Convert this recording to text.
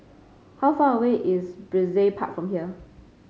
how far away is Brizay Park from here